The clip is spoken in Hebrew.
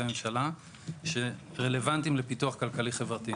ממשלה שרלוונטיים לפיתוח כלכלי-חברתי.